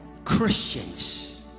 Christians